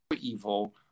evil